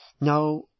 No